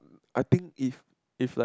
I think if if like